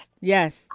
yes